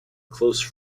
close